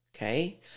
Okay